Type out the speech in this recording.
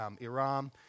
Iran